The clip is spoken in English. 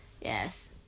Yes